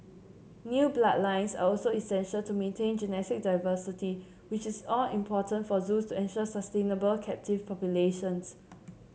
new bloodlines are also essential to maintain genetic diversity which is all important for zoos to ensure sustainable captive populations